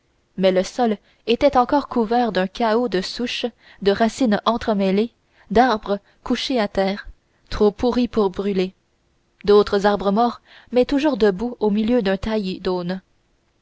mais le sol était encore recouvert d'un chaos de souches de racines entremêlées d'arbres couchés à terre trop pourris pour brûler d'autres arbres morts mais toujours debout a milieu d'un taillis